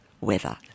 weather